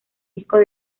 discos